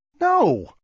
No